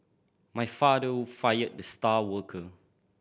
my father fired the star worker